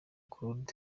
claude